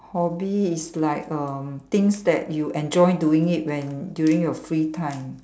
hobby is like err things that you enjoy doing it when during your free time